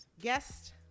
Guest